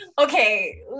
Okay